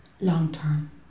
long-term